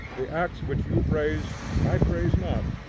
the acts which you praise, i praise not,